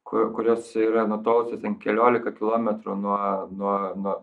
ku kurios yra nutolusiose ten keliolika kilometrų nuo nuo